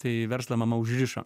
tai verslą mama užrišo